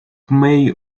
may